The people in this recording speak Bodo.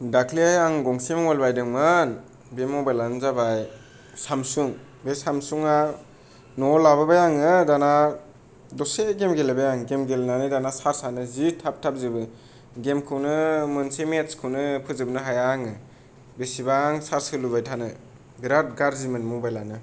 दाख्लैहाय आं गंसे मबाइल बायदोंमोन बे मबाइलानो जाबाय सामसुं बे सामसुङा न'आव लाबोबाय आङो दानिया दसे गेम गेलेबाय आं दाना सार्जआनो जि थाब थाब जोबो गेमखौनो मोनसे मेट्सखौनो फोजोबनो हाया आङो बेसेबां सार्ज होलुबाय थानो बेराद गाज्रिमोन मबाइलानो